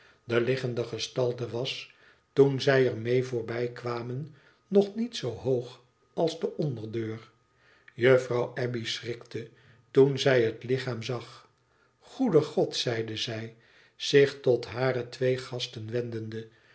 de liggende gestalte was toen zij er mee voorbijkwamen nog niet zoo hoog als de onderdeur juffrouw abbey schrikte toen zij het lichaam zag goede god zeide zij zich tot hare twee gasten wendende